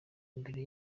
imbere